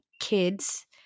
kids